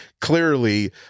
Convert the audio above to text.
clearly